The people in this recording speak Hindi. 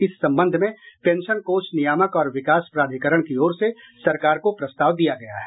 इस संबंध में पेंशन कोष नियामक और विकास प्राधिकरण की ओर से सरकार को प्रस्ताव दिया गया है